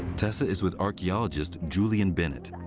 tessa is with archaeologist julian bennett.